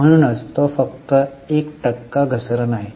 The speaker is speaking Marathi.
म्हणूनच तो फक्त एक टक्का घसरण आहे